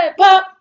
pop